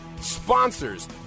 sponsors